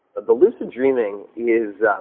the lucid dreaming is